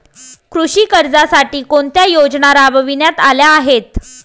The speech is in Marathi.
कृषी कर्जासाठी कोणत्या योजना राबविण्यात आल्या आहेत?